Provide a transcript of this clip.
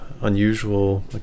unusual